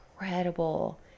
Incredible